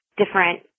different